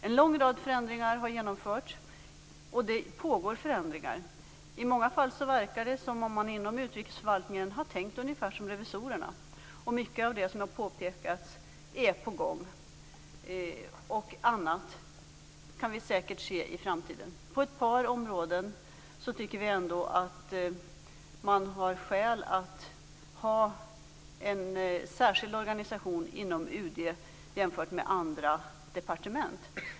En lång rad förändringar har genomförts, och det pågår förändringar. I många fall verkar det som om man inom utrikesförvaltningen har tänkt på ungefär samma sätt som revisorerna. Mycket av det som har påpekats är på gång, och annat kommer vi säkert att se i framtiden. På ett par områden tycker vi ändå att det finns skäl att ha en särskild organisation inom UD i förhållande till andra departement.